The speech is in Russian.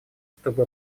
чтобы